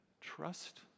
trust